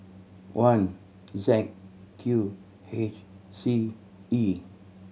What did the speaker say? one Z Q H C E